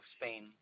Spain